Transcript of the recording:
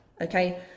okay